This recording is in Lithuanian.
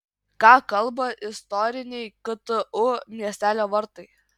ką kalba istoriniai ktu miestelio vartai